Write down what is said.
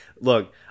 look